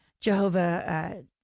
jehovah